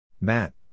Matt